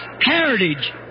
heritage